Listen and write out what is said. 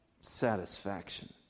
satisfaction